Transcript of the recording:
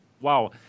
wow